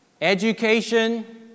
education